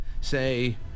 Say